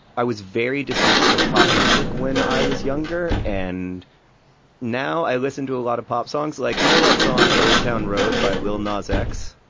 i was very dismissive of pop music when i was younger and now, i listen to a lot of pop songs. like you know that song old town road by lil nas x?